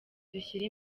dushyire